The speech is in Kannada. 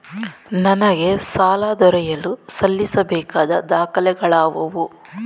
ನನಗೆ ಸಾಲ ದೊರೆಯಲು ಸಲ್ಲಿಸಬೇಕಾದ ದಾಖಲೆಗಳಾವವು?